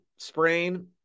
Sprain